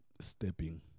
stepping